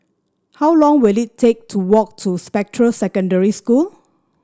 how long will it take to walk to Spectra Secondary School